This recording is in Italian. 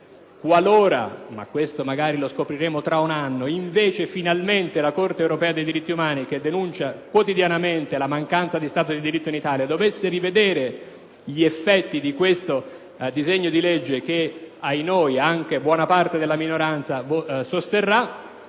Qualora - ma questo magari lo scopriremo tra un anno - la Corte europea dei diritti dell'uomo, che denuncia quotidianamente la mancanza di Stato di diritto in Italia, dovesse finalmente rivedere gli effetti di questo disegno di legge - che, ahinoi, anche buona parte della minoranza sosterrà